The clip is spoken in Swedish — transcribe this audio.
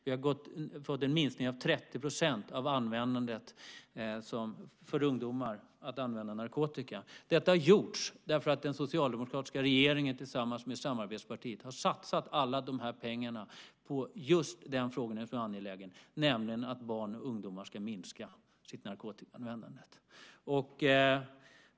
Vi har fått en minskning på 30 % av ungdomars narkotikaanvändande. Detta har gjorts därför att den socialdemokratiska regeringen tillsammans med samarbetspartierna har satsat alla de här pengarna på just den frågan, eftersom den är angelägen, nämligen att barn och ungdomar ska minska sitt narkotikaanvändande.